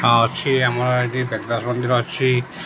ଅଛି ଆମର ଏଠି ମନ୍ଦିର ଅଛି